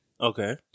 Okay